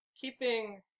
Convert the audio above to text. keeping